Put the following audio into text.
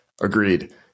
agreed